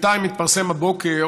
בינתיים התפרסם הבוקר